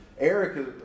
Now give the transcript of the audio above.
Eric